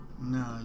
no